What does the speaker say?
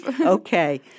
Okay